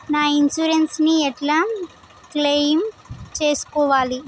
నా ఇన్సూరెన్స్ ని ఎట్ల క్లెయిమ్ చేస్కోవాలి?